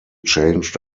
changed